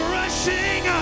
rushing